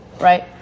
right